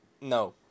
no